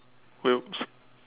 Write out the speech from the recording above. well